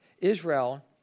Israel